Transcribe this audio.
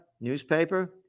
newspaper